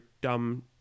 dumb